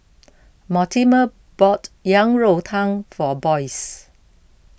Mortimer bought Yang Rou Tang for Boyce